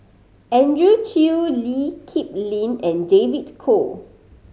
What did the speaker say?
Andrew Chew Lee Kip Lin and David Kwo